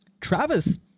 Travis